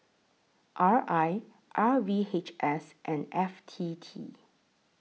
R I R V H S and F T T